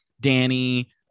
Danny